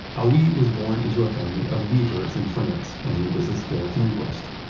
ah hauy was born into a family of weavers in france, and he was a skilled linguist.